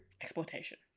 exploitation